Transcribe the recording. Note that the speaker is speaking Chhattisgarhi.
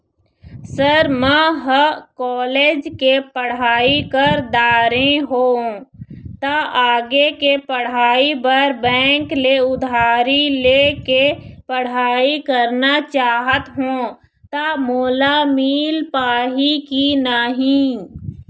सर म ह कॉलेज के पढ़ाई कर दारें हों ता आगे के पढ़ाई बर बैंक ले उधारी ले के पढ़ाई करना चाहत हों ता मोला मील पाही की नहीं?